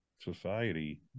society